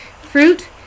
Fruit